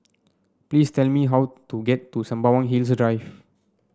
please tell me how to get to Sembawang Hills Drive